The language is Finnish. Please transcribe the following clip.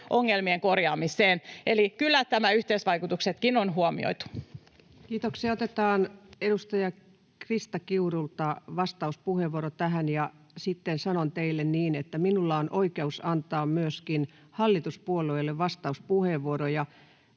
lapsilisälain 7 §:n muuttamisesta Time: 13:03 Content: Kiitoksia. — Otetaan edustaja Krista Kiurulta vastauspuheenvuoro tähän. Ja sitten sanon teille niin, että minulla on oikeus antaa myöskin hallituspuolueille vastauspuheenvuoroja,